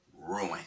ruin